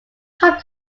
pop